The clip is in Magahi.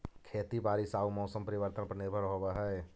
खेती बारिश आऊ मौसम परिवर्तन पर निर्भर होव हई